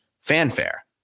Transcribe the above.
fanfare